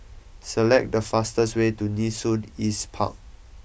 select the fastest way to Nee Soon East Park